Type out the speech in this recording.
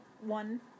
one